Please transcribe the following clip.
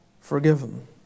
forgiven